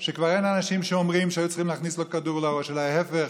כשכבר אין אנשים שאומרים שהיו צריכים להכניס לו כדור לראש אלא להפך,